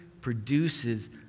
produces